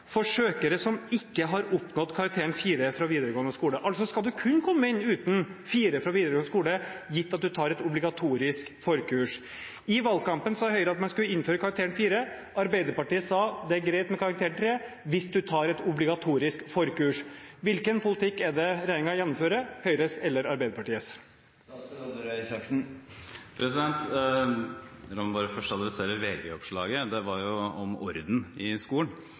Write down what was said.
søkere som ikke har oppnådd karakteren 4 fra videregående skole – man skal altså kunne komme inn uten 4 fra videregående skole gitt at man tar et obligatorisk forkurs. I valgkampen sa Høyre at man skulle innføre karakteren 4 . Arbeiderpartiet sa at det er greit med karakteren 3 hvis man tar et obligatorisk forkurs. Hvilken politikk er det regjeringen gjennomfører? Høyres eller Arbeiderpartiets? La meg bare først nevne VG-oppslaget om orden i skolen.